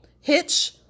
Hitch